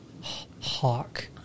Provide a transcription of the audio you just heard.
Hawk